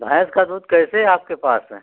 भैंस का दूध कैसे आपके पास है